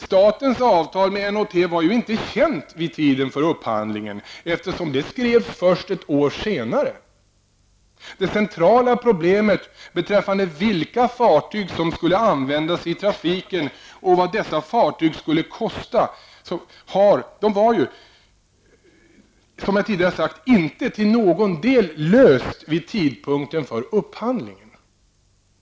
Statens avtal med N & T var ju inte känt vid tiden för upphandlingen, eftersom det skrevs först ett år senare. Det centrala problemet beträffande vilka fartyg som skulle användas i trafiken och vad dessa fartyg skulle kosta var, som jag tidigare sagt, inte till någon del löst vid tidpunkten för upphandlingen.